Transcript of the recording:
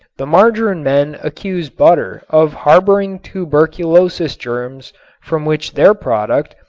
the margarin men accuse butter of harboring tuberculosis germs from which their product,